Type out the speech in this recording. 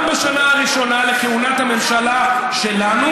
וגם בשנה הראשונה לכהונת הממשלה שלנו,